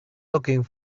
looking